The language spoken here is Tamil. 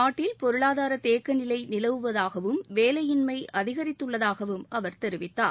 நாட்டில் பொருளாதார தேக்க நிலை நிலவுவதாகவும் வேலையின்மை அதிகரித்துள்ளதாகவும் அவர் தெரிவித்தார்